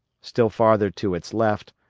still farther to its left,